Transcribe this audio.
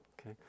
Okay